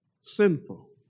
sinful